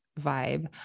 vibe